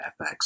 FX